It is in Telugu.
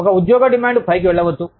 ఒక ఉద్యోగ డిమాండ్ పైకి వెళ్ళవచ్చు